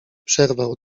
przerwał